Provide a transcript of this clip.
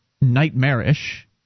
nightmarish